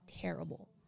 terrible